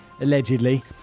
Allegedly